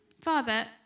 father